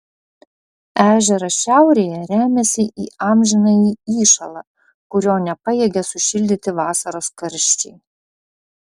ežeras šiaurėje remiasi į amžinąjį įšąlą kurio nepajėgia sušildyti vasaros karščiai